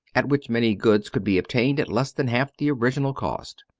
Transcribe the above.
at which many goods could be obtained at less than half the original cost.